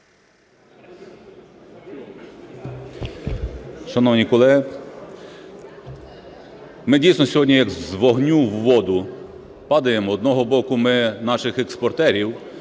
Шановні колеги, ми, дійсно, сьогодні як з вогню в воду падаємо. З одного боку, ми наших експортерів,